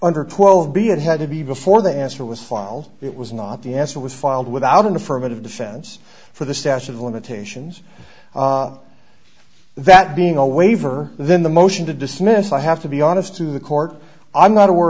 under twelve b it had to be before the answer was filed it was not the answer was filed without an affirmative defense for the statute of limitations that being a waiver then the motion to dismiss i have to be honest to the court i'm not aware